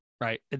right